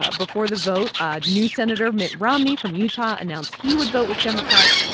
ah before the vote, ah new senator mitt romney from utah announced he would vote with democrats,